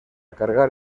cargar